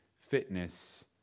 fitness